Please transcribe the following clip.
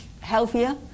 healthier